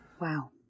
Wow